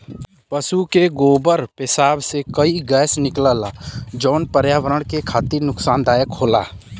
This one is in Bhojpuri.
पसु के गोबर पेसाब से कई गैस निकलला जौन पर्यावरण के खातिर नुकसानदायक होला